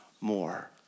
more